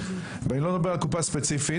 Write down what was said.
ואני לא מדבר על קופה ספציפית,